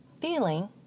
Feeling